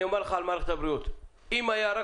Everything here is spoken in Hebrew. אומר לך על מערכת הבריאות: אם הייתה רק